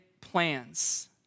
plans